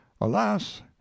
Alas